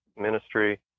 ministry